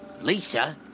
Lisa